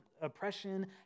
oppression